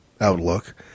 outlook